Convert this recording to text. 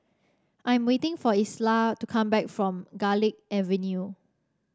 I'm waiting for Isla to come back from Garlick Avenue